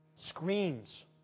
Screams